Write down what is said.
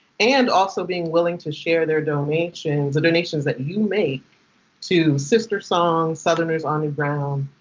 and also being willing to share their donations. the donations that you make to sistersong, southerners on new ground,